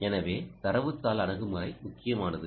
எனவே தரவு தாள் அணுகுமுறை முக்கியமானது